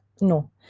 No